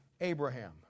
Abraham